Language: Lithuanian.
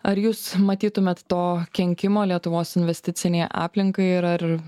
ar jūs matytumėt to kenkimo lietuvos investicinei aplinkai ir ar